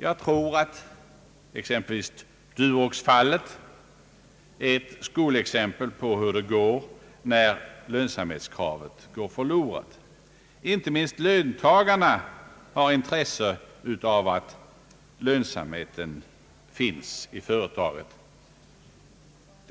Jag tror att Durox-fallet är ett skolexempel på hur det går när lönsamhetskravet förloras. Inte minst löntagarna har intresse av att företagen lönar